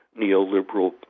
neoliberal